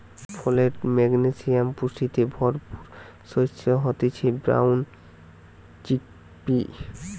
folate, magnesium পুষ্টিতে ভরপুর শস্য হতিছে ব্রাউন চিকপি